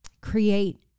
create